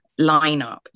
lineup